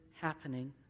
happening